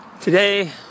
today